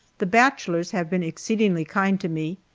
the bachelors have been exceedingly kind to me,